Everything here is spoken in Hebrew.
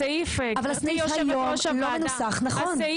הסעיף היום לא מנוסח נכון.